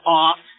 off